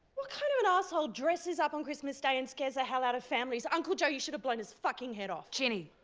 what kind of an asshole dresses up on christmas day and scares the hell out of families? uncle joe you should have blown his fucken' head off! ginny!